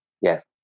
Yes